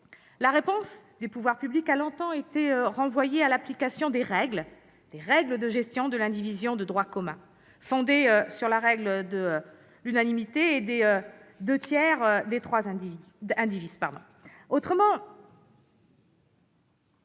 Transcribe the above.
En réponse, les pouvoirs publics ont longtemps renvoyé à l'application des règles de gestion de l'indivision de droit commun, fondées sur la règle de l'unanimité ou des deux tiers des droits indivis.